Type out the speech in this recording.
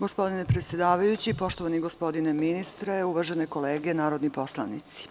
Gospodine predsedavajući, poštovani gospodine ministre, uvažene kolege narodni poslanici,